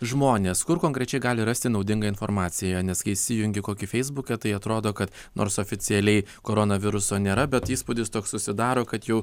žmonės kur konkrečiai gali rasti naudingą informaciją nes kai įsijungi kokį feisbuką tai atrodo kad nors oficialiai koronaviruso nėra bet įspūdis toks susidaro kad jau